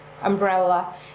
umbrella